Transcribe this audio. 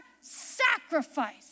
sacrifice